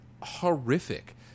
horrific